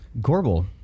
Gorbel